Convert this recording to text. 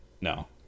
No